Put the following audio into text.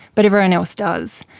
but everyone else does,